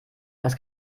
das